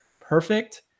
perfect